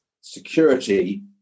security